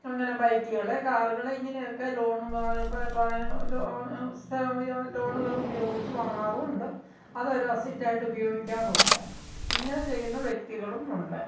അങ്ങനെ ബൈക്കുകള് കാറുകള് ഇങ്ങനെയൊക്കെ ലോണുള്ള ലോണുകളുപയോഗിച്ച് വാങ്ങാറുമുണ്ട് അതൊരു അസറ്റായിട്ടുപയോഗിക്കാറുമുണ്ട് ഇങ്ങനെ ചെയ്യുന്ന വ്യക്തികളും ഉണ്ട്